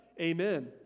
Amen